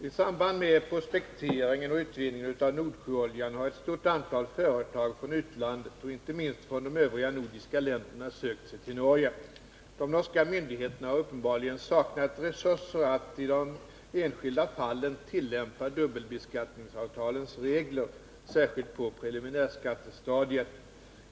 I samband med prospekteringen och utvinningen av Nordsjöoljan har ett stort antal företag från utlandet, inte minst från de övriga nordiska länderna, sökt sig till Norge. De norska myndigheterna har uppenbarligen saknat resurser att i de enskilda fallen tillämpa dubbelbeskattningsavtalens regler, särskilt på preliminärskattestadiet.